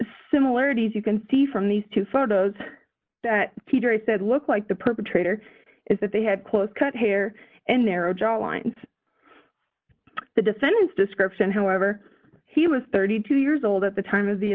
similarities you can see from these two photos that he said look like the perpetrator is that they had clothes cut hair and narrow july and the defendant's description however he was thirty two years old at the time of the